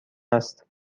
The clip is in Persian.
است